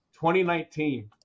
2019